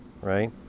Right